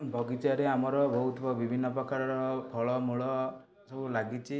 ବଗିଚାରେ ଆମର ହେଉଥିବା ବିଭିନ୍ନ ପ୍ରକାରର ଫଳମୂଳ ସବୁ ଲାଗିଛି